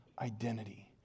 identity